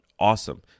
awesome